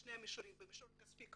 בשני המישורים במישור הכספי,